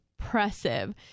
impressive